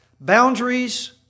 boundaries